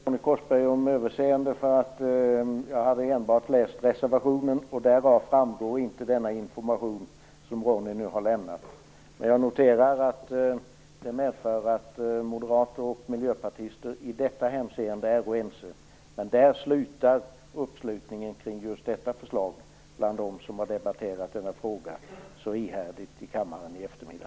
Fru talman! Jag vill bara kort be Ronny Korsberg om överseende. Jag hade enbart läst reservationen, och därav framgår inte denna information som Ronny Korsberg nu har lämnat. Jag noterar att det medför att moderater och miljöpartister i detta hänseende är ense. Men där slutar uppslutningen kring just detta förslag bland dem som har debatterat frågan så ihärdigt i kammaren i eftermiddag.